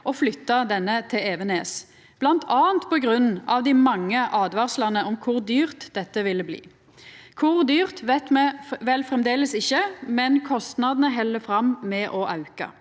og flytta denne til Evenes, m.a. på grunn av dei mange åtvaringane om kor dyrt dette villa bli. Kor dyrt veit me vel framleis ikkje, men kostnadene held fram med å auka.